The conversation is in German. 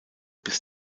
bis